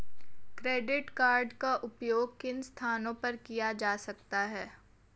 Credit card का उपयोग किन स्थानों पर किया जा सकता है?